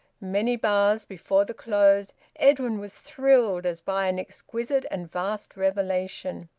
many bars before the close edwin was thrilled, as by an exquisite and vast revelation.